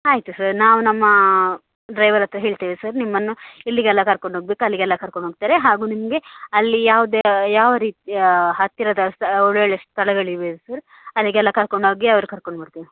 ಆಯಿತು ಸರ್ ನಾವು ನಮ್ಮ ಡ್ರೈವರ್ ಹತ್ತಿರ ಹೇಳ್ತೇವೆ ಸರ್ ನಿಮ್ಮನ್ನು ಇಲ್ಲಿಗೆಲ್ಲ ಕರ್ಕೊಂಡು ಹೋಗ್ಬೇಕು ಅಲ್ಲಿಗೆಲ್ಲ ಕರ್ಕೊಂಡು ಹೋಗ್ತಾರೆ ಹಾಗು ನಿಮಗೆ ಅಲ್ಲಿ ಯಾವುದೇ ಯಾವ ರೀತಿಯ ಹತ್ತಿರದ ಸ್ಥ ಒಳ್ಳೆ ಒಳ್ಳೆಯ ಸ್ಥಳಗಳಿವೆ ಸರ್ ಅಲ್ಲಿಗೆಲ್ಲ ಕರ್ಕೊಂಡು ಹೋಗಿ ಅವರು ಕರ್ಕೊಂಡು ಬರ್ತಾರೆ